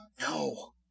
No